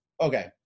okay